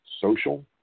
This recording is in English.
social